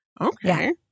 okay